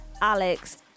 Alex